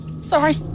Sorry